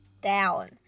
down